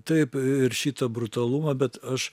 taip ir šitą brutalumą bet aš